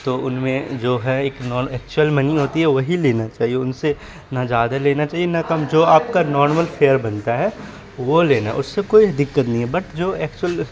تو ان میں جو ہے ایک ایکچوئل منی ہوتی ہے وہی لینا چاہیے ان سے نہ جیادہ لینا چاہیے نہ کم جو آپ کا نارمل فیئر بنتا ہے وہ لینا اس سے کوئی دکت نہیں ہے بٹ جو ایکچوئل